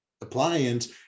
appliance